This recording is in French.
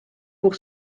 pour